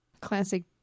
Classic